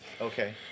Okay